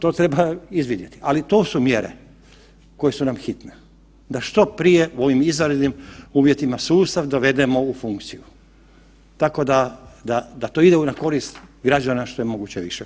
To treba izviditi, ali to su mjere koje su nam hitne, da što prije u ovim izvanrednim uvjetima sustav dovedemo u funkciju tako da to ide na korist građana što je moguće više.